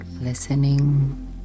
Listening